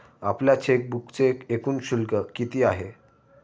आपल्या चेकबुकचे एकूण शुल्क किती आहे?